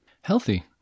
Healthy